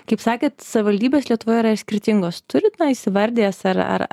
kaip sakėt savivaldybės lietuvoje yra skirtingos turit na įsivardijęs ar